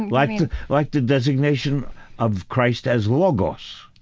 like mean, like the designation of christ as logos.